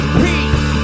peace